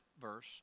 verse